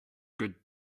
good